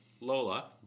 Lola